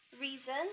reason